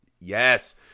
Yes